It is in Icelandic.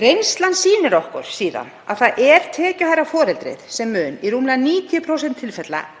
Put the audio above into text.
Reynslan sýnir okkur síðan að það er tekjuhærra foreldrið sem mun í rúmlega 90% tilfella ekki